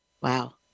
Wow